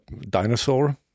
dinosaur